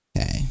Okay